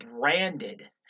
branded